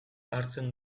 hartzen